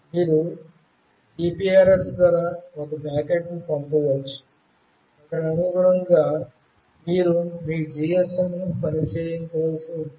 మీరు GPRS ద్వారా ఒక ప్యాకెట్ను పంపవచ్చు కాబట్టి దానికి అనుగుణంగా మీరు మీ GSM ను పని చేయవలసి ఉంటుంది